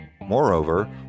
Moreover